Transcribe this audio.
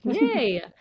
Yay